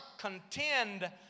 Contend